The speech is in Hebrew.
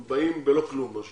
הם באים בלא כלום, מה שנקרא.